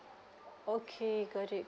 okay got it